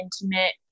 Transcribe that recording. intimate